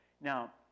Now